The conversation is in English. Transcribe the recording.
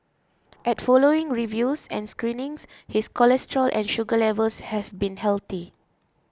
at following reviews and screenings his cholesterol and sugar levels have been healthy